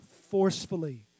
forcefully